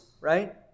right